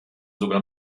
sogar